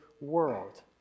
world